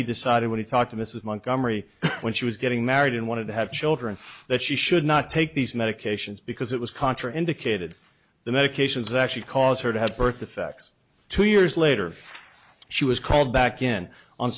he decided when he talked to mrs montgomery when she was getting married and wanted to have children that she should not take these medications because it was contra indicated the medications actually cause her to have birth defects two years later she was called back in on